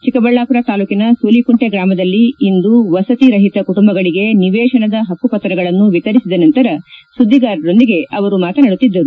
ಚಿಕ್ಕಬಳ್ಳಾಪುರ ತಾಲೂಕಿನ ಸೂಲಿಕುಂಟೆ ಗ್ರಾಮದಲ್ಲಿ ಇಂದು ವಸತಿ ರಹಿತ ಕುಟುಂಬಗಳಿಗೆ ನಿವೇಶನದ ಹಕ್ಕು ಪತ್ರಗಳನ್ನು ವಿತರಿಸಿದ ನಂತರ ಸುದ್ದಿಗಾರರೊಂದಿಗೆ ಅವರು ಮಾತನಾಡುತ್ತಿದ್ದರು